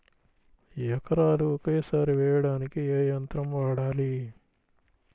ఎకరాలు ఒకేసారి వేయడానికి ఏ యంత్రం వాడాలి?